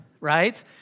right